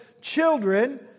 Children